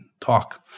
talk